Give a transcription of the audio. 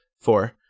four